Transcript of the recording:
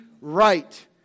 right